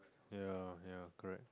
ya ya correct